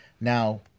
Now